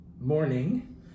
morning